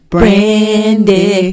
Brandy